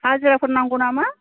हाजिराफोर नांगौ नामा